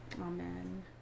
Amen